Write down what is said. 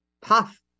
puff